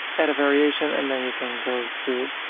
add a variation, and then you can go to,